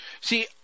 see